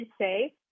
say